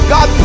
God